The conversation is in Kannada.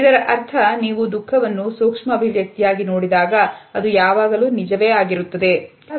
ಇದರ ಅರ್ಥ ನೀವು ದುಃಖವನ್ನು ಸೂಕ್ಷ್ಮ ಅಭಿವ್ಯಕ್ತಿಯಾಗಿ ನೋಡಿದಾಗ ಅದು ಯಾವಾಗಲೂ ನಿಜವೇ ಆಗಿರುತ್ತದೆ ಎಂಬುದು